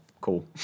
cool